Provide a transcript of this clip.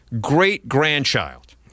great-grandchild